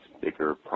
bigger